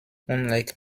unlike